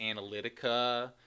Analytica